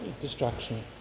destruction